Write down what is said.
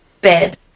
bed